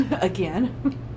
again